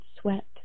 sweat